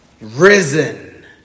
risen